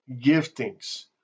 giftings